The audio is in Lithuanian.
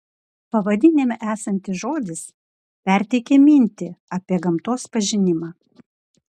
pavadinime esantis žodis perteikia mintį apie gamtos pažinimą